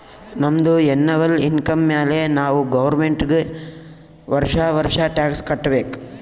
ನಮ್ದು ಎನ್ನವಲ್ ಇನ್ಕಮ್ ಮ್ಯಾಲೆ ನಾವ್ ಗೌರ್ಮೆಂಟ್ಗ್ ವರ್ಷಾ ವರ್ಷಾ ಟ್ಯಾಕ್ಸ್ ಕಟ್ಟಬೇಕ್